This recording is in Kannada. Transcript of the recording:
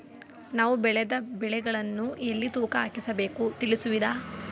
ನಾವು ಬೆಳೆದ ಬೆಳೆಗಳನ್ನು ಎಲ್ಲಿ ತೂಕ ಹಾಕಿಸಬೇಕು ತಿಳಿಸುವಿರಾ?